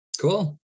cool